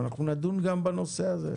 אבל אנחנו נדון גם בנושא הזה.